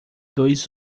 dois